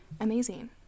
amazing